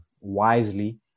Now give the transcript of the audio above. wisely